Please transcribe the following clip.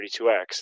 32x